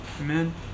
Amen